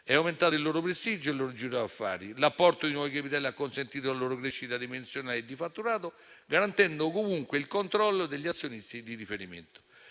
È aumentato il suo prestigio e il suo giro d'affari. L'apporto di nuovi capitali ha consentito la sua crescita dimensionale e di fatturato, garantendo comunque il controllo degli azionisti di riferimento.